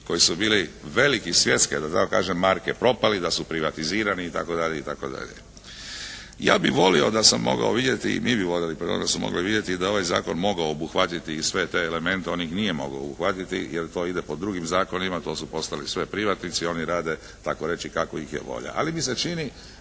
koji su bili velike svjetske da tako kažem marke propale i da su privatizirani itd., itd. Ja bih volio da sam mogao vidjeti, mi bi voljeli, pardon, da smo mogli vidjeti da je ovaj zakon mogao obuhvatiti i sve te elemente. On ih nije mogao obuhvatiti jer to ide po drugim zakonima. To su postali sve privatnici. Oni rade tako reći kako ih je volja. Ali mi se čini